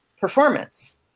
performance